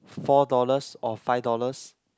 four dollars or five dollars